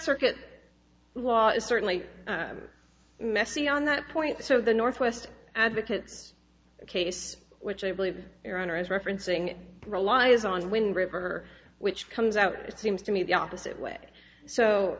circuit law is certainly messy on that point so the northwest advocates case which i believe your honor is referencing it relies on wind river which comes out it seems to me the opposite way so